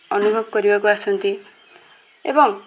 ଅନୁଭବ କରିବାକୁ ଆସନ୍ତି ଏବଂ